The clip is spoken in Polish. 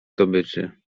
zdobyczy